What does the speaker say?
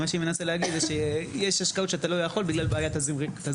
מה שהיא מנסה להגיד זה שיש השקעות שאתה לא יכול בגלל בעיה תזרימית.